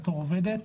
בתור עובדת.